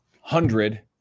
hundred